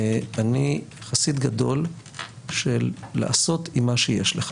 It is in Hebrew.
אני חסיד גדול של לעשות עם מה שיש לך.